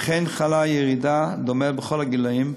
וכן חלה ירידה דומה בכלל הגילאים,